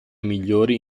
migliori